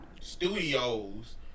studios